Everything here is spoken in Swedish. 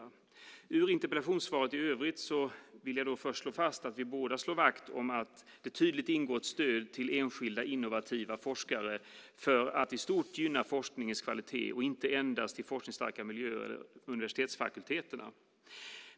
Vad gäller interpellationssvaret i övrigt vill jag börja med att slå fast att vi båda slår vakt om att det tydligt ska ingå ett stöd till enskilda innovativa forskare för att i stort gynna forskningens kvalitet - och inte endast i forskningsstarka miljöer eller universitetsfakulteterna.